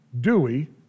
Dewey